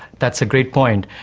that's a great point.